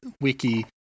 wiki